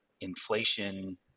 inflation